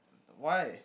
why